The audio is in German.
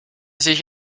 sich